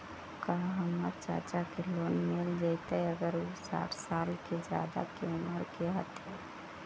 का हमर चाचा के लोन मिल जाई अगर उ साठ साल से ज्यादा के उमर के हथी?